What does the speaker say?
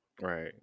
Right